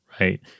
right